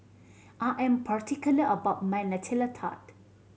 I am particular about my Nutella Tart